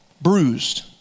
Bruised